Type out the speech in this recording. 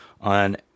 on